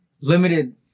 limited